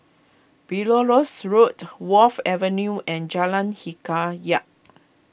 Belilios Road Wharf Avenue and Jalan Hikayat